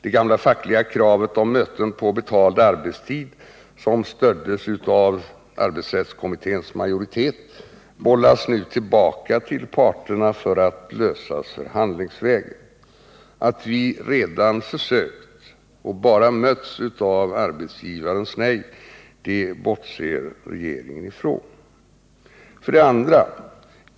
Det gamla fackliga kravet på möten på betald arbetstid, som stöddes av den nya arbetsrättskommitténs majoritet, bollas nu tillbaka till parterna för att lösas förhandlingsvägen. Att vi redan försökt och bara mötts av arbetsgivarens nej, bortser regeringen från. 2.